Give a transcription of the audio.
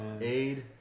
Aid